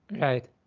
Right